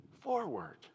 forward